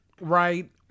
right